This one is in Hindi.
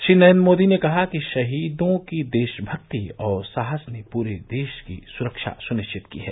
श्री नरेन्द्र मोदी ने कहा कि शहीदों की देशमक्ति और साहस ने पूरे देश की सुरक्षा सुनिश्चित की है